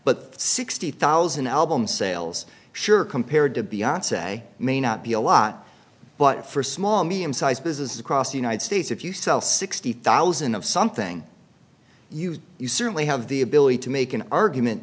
but sixty thousand album sales sure compared to be on say may not be a lot but for small medium sized businesses across the united states if you sell sixty thousand of something used you certainly have the ability to make an argument